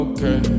Okay